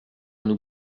nous